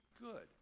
good